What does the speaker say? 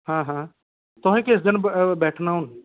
हां हां तुसें किस दिन बैठना हून